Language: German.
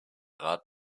rat